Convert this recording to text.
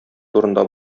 турында